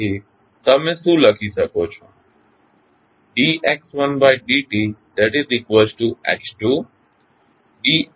તેથી તમે શું લખી શકો છો